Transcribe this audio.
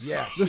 Yes